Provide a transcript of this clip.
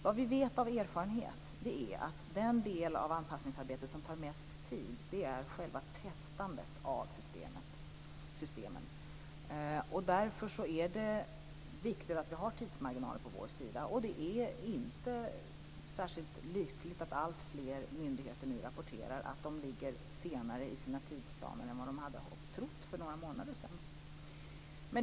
Vad vi vet av erfarenhet är att den del av anpassningsarbetet som tar mest tid är själva testandet av systemen. Därför är det viktigt att vi har tidsmarginaler. Det är inte särskilt lyckligt att alltfler myndigheter nu rapporterar att de ligger senare i förhållande till sina tidsplaner än vad de hade trott för några månader sedan.